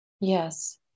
Yes